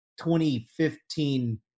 2015